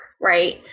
right